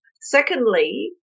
Secondly